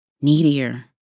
needier